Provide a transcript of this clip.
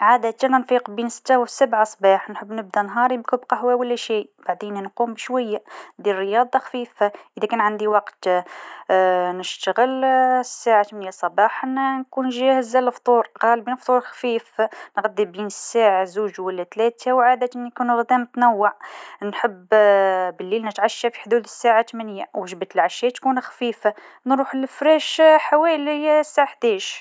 مثلاً، نجم نقول رقم الهاتف هو اثنا عشر - ثلاثمئة وخمسة وأربعون - ستة آلاف وسبع مئة وتسعة وثمانون. هذا رقم وهمي، لكن يعبر عن نموذج لأرقام الهواتف.